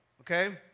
okay